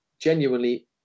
genuinely